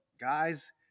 Guys